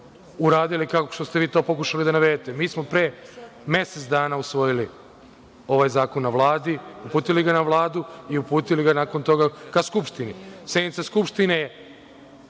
uradili kao što ste vi to pokušali da navedete. Mi smo pre mesec dana usvojili ovaj zakon na Vladi, uputili ga na Vladu i uputili ga nakon toga ka Skupštini. Sednica Skupštine